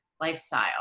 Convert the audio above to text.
lifestyle